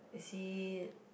you see